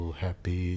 happy